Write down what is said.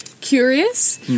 curious